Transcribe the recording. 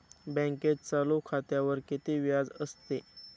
बँकेत चालू खात्यावर किती व्याज असते?